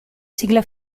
sigla